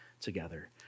together